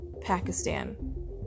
Pakistan